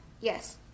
Yes